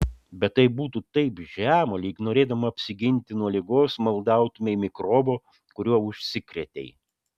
bet tai būtų taip žema lyg norėdama apsiginti nuo ligos maldautumei mikrobo kuriuo užsikrėtei